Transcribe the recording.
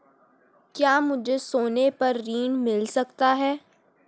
क्या मुझे सोने पर ऋण मिल सकता है?